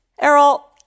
Errol